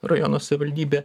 rajono savivaldybė